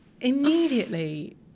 immediately